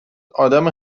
آدم